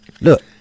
look